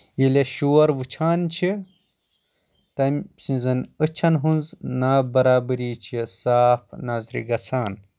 ییٚلہِ أسۍ شور وٕچھان چھِ، تمہِ سنزٮ۪ن اچھن ہنز نا برابری چھ صاف نظرِ گژھان